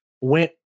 went